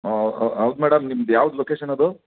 ಹೌದು ಮೇಡಂ ನಿಮ್ದ್ಯಾವ್ದು ಲೊಕೇಷನ್ ಅದು